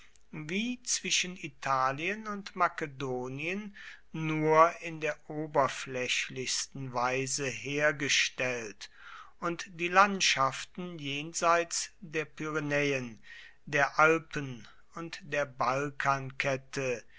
wie zwischen italien und makedonien nur in der oberflächlichsten weise hergestellt und die landschaften jenseits der pyrenäen der alpen und der